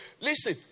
Listen